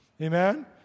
Amen